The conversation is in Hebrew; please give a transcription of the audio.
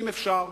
ואם אפשר,